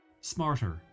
Smarter